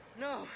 No